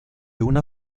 una